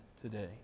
today